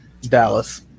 Dallas